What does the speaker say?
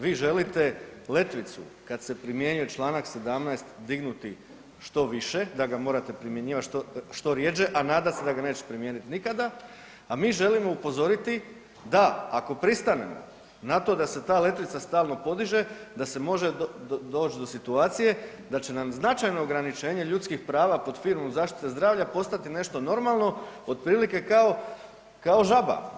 Vi želite letivcu kad se primjenjuje Članak 17. dignuti što više da ga morate primjenjivati što rjeđe, a nadate se da ga nećete primijeniti nikada, a mi želimo upozoriti da ako pristanemo na to da se ta letivca stalno podiže da se može doći do situacije da će nam značajno ograničenje ljudskih prava pod firmom zaštite zdravlja postati nešto normalno otprilike kao žaba.